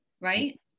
right